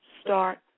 start